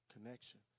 connection